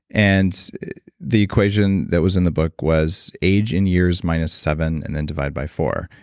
and the equation that was in the book was age in years minus seven and then divide by four.